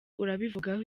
urabivugaho